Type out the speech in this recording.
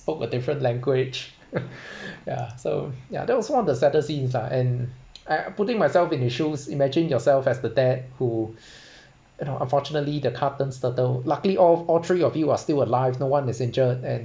spoke a different language ya so ya that was one of the saddest scenes lah and I putting myself into shoes imagine yourself as the dad who you know unfortunately the car turns turtle luckily all all three of you are still alive no one is injured and